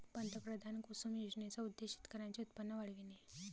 पंतप्रधान कुसुम योजनेचा उद्देश शेतकऱ्यांचे उत्पन्न वाढविणे